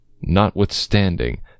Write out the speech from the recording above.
Notwithstanding